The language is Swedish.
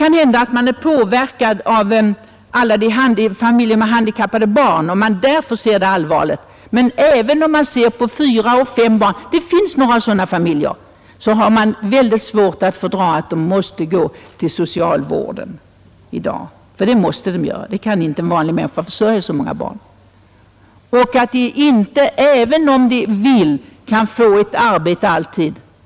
Jag kanske är påverkad av alla familjer med handikappade barn som jag har sett, men jag har också väldigt svårt att fördra att familjer med fyra fem barn — det finns några sådana familjer — i dag måste gå till socialvården. Det måste de nämligen göra — ingen vanlig människa kan försörja så många barn. Även om de vill ha ett arbete kan de inte alltid få det.